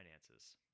finances